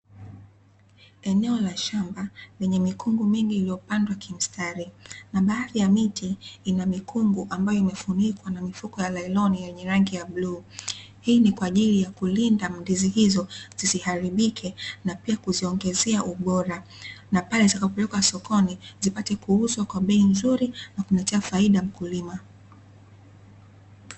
Eneo la shamba lenye mikungu mingi iliyopandwa kimstari, na baadhi ya miti ina mikungu ambayo imefunikwa na mifuko ya lailoni yenye rangi ya bluu. Hii ni kwa ajili ya kulinda ndizi hizo zisiharibike na pia kuziongezea ubora, na pale zitakapopelekwa sokoni, zipate kuuzwa kwa bei nzuri na kumletea faida mkulima.